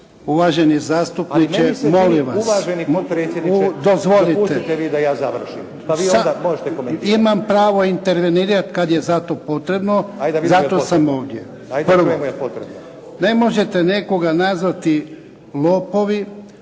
Uvaženi zastupniče molim vas, dozvolite. Imam pravo intervenirati kad je za to potrebno i zato sam ovdje. **Stazić, Nenad (SDP)**